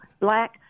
black